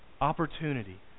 opportunity